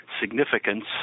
significance